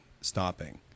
stopping